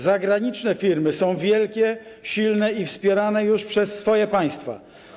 Zagraniczne firmy są wielkie, silne i wspierane już przez swoje państwa.